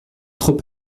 trop